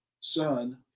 son